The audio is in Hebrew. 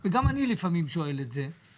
אם אתה רוצה להוריד לשופטים ולנושאי משרה,